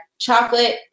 Chocolate